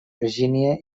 virgínia